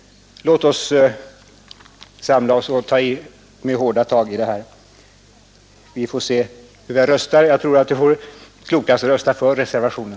Låt oss samla oss och ta i med hårdare tag! Jag tror att det är klokast att rösta på reservationen!